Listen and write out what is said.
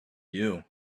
you